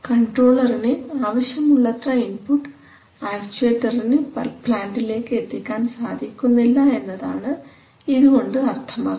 കൺട്രോളറിന് ആവശ്യമുള്ളത്ര ഇൻപുട്ട് ആക്ച്ചുവെറ്ററിന് പ്ലാൻറ്റിലേക്ക് എത്തിക്കാൻ സാധിക്കുന്നില്ല എന്നതാണ് ഇതുകൊണ്ട് അർത്ഥമാക്കുന്നത്